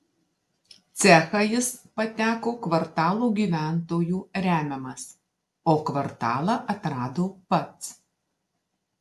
cechą jis pateko kvartalo gyventojų remiamas o kvartalą atrado pats